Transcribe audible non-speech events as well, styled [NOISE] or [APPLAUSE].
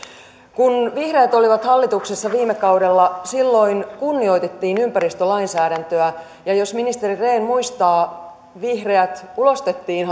kun vihreät olivat hallituksessa viime kaudella silloin kunnioitettiin ympäristölainsäädäntöä ja jos ministeri rehn muistaa vihreät ulostettiin [UNINTELLIGIBLE]